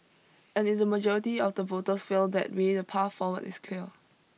and if the majority of the voters feel that way the path forward is clear